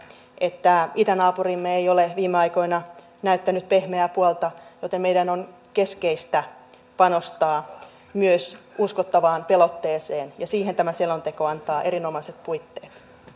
että itänaapurimme ei ole viime aikoina näyttänyt pehmeää puoltaan joten meidän on keskeistä panostaa myös uskottavaan pelotteeseen ja siihen tämä selonteko antaa erinomaiset puitteet